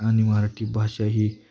आणि मराठी भाषा ही